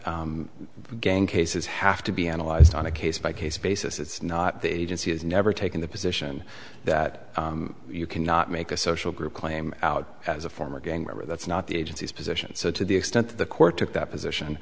again cases have to be analyzed on a case by case basis it's not the agency has never taken the position that you cannot make a social group claim out as a former gang member that's not the agency's position so to the extent that the court took that position